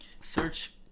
Search